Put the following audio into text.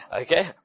okay